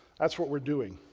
that's what we're doing,